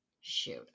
shoot